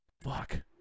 fuck